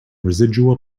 residual